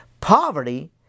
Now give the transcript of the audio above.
Poverty